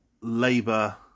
Labour